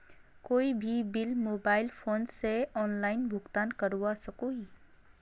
कोई भी bill mobile phone से ऑनलाइन भुगतान करवा सकोहो ही?